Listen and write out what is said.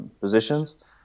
positions